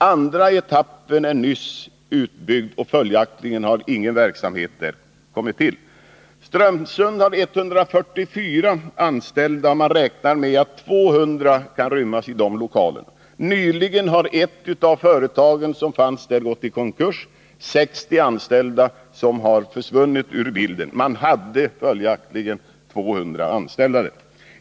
Andra etappen är nyss utbyggd, och följaktligen har ingen verksamhet i den etappen kommit till stånd. Strömsund har 144 anställda, och man räknar med att 200 kan rymmas i lokalerna. Nyligen har ett företag som fanns där gått i konkurs. Det är 60 anställda som försvunnit ur bilden. Man hade följaktligen 200 anställda.